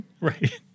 Right